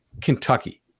Kentucky